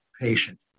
patient